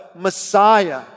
Messiah